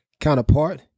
counterpart